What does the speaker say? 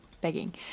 begging